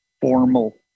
formal